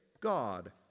God